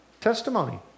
testimony